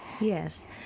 yes